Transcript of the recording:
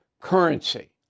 currency